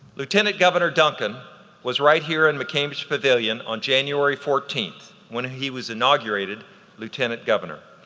lieutenant governor duncan was right here in mccamish pavilion on january fourteenth when he was inaugurated lieutenant governor.